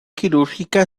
quirúrgica